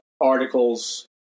articles